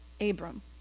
Abram